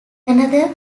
another